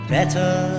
Better